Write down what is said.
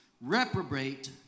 reprobate